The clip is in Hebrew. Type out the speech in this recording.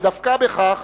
ודווקא בכך